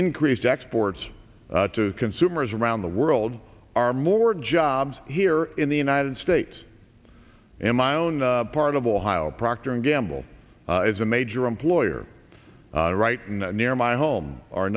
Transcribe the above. increased exports to consumers around the world are more jobs here in the united states and my own part of ohio procter and gamble is a major employer right near my home are a